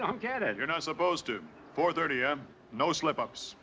don't get it you're not supposed to or thirty m no slip ups